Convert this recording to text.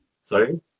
Sorry